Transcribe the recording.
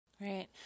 Right